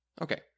Okay